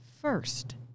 first